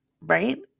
right